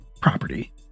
property